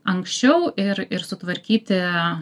anksčiau ir ir sutvarkyti